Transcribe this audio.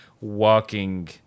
walking